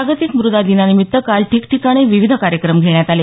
जागतिक मृदा दिनानिमित्त काल ठिकठिकाणी विविध कार्यक्रम घेण्यात आले